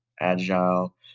agile